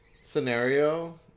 scenario